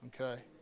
Okay